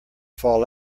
fall